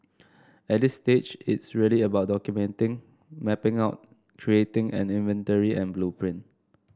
at this stage it's really about documenting mapping out creating an inventory and blueprint